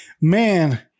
Man